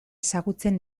ezagutzen